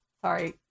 Sorry